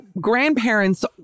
grandparents